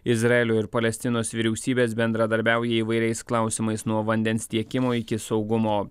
izraelio ir palestinos vyriausybės bendradarbiauja įvairiais klausimais nuo vandens tiekimo iki saugumo